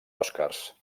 oscars